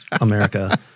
America